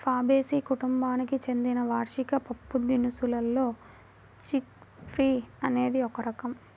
Fabaceae కుటుంబానికి చెందిన వార్షిక పప్పుదినుసుల్లో చిక్ పీ అనేది ఒక రకం